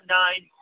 nine